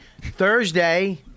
Thursday